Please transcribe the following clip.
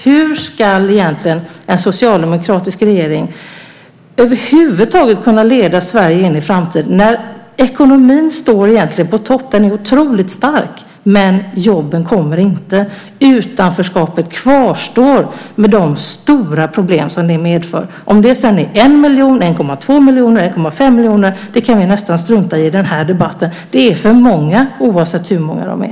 Hur ska egentligen en socialdemokratisk regering över huvud taget kunna leda Sverige in i framtiden när ekonomin egentligen står på topp - den är otroligt stark - men jobben inte kommer? Utanförskapet kvarstår med de stora problem som det medför. Om det sedan är 1 miljon, 1,2 miljoner eller 1,5 miljoner kan vi nästan strunta i i den här debatten. Det är för många oavsett hur många de är.